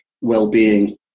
well-being